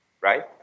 right